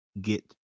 get